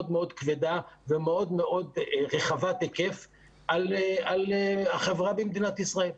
מאוד מאוד כבדה ומאוד מאוד רחבת היקף על החברה במדינת ישראל.